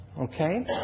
Okay